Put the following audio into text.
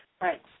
Right